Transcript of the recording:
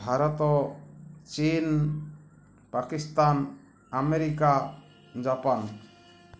ଭାରତ ଚୀନ୍ Pakistan America Japan